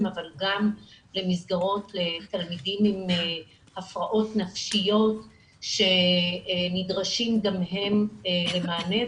אבל גם במסגרות לתלמידים עם הפרעות נפשיות שנדרשים גם הם למענה,